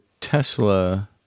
Tesla